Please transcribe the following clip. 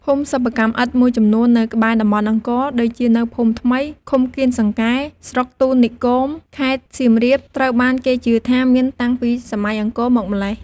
ភូមិសិប្បកម្មឥដ្ឋមួយចំនួននៅក្បែរតំបន់អង្គរ ដូចជានៅភូមិថ្មី ឃុំកៀនសង្កែ ស្រុកសូទ្រនិគម ខេត្តសៀមរាប ត្រូវបានគេជឿថាមានតាំងពីសម័យអង្គរមកម្ល៉េះ។